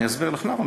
אני אסביר לך למה,